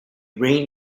rain